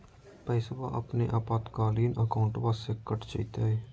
पैस्वा अपने आपातकालीन अकाउंटबा से कट जयते?